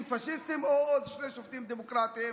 פשיסטים או עוד שני שופטים דמוקרטים?